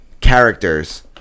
characters